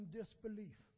disbelief